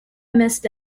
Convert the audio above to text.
missed